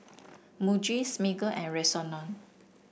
Muji Smiggle and Rexona